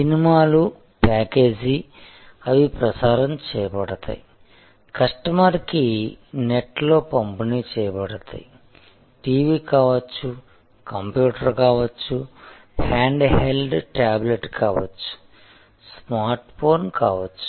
సినిమాలు ప్యాకేజీ అవి ప్రసారం చేయబడతాయి కస్టమర్ కి నెట్లో పంపిణీ చేయబడతాయి టీవీ కావచ్చు కంప్యూటర్ కావచ్చు హ్యాండ్హెల్డ్ టాబ్లెట్ కావచ్చు స్మార్ట్ఫోన్ కావచ్చు